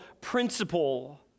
principle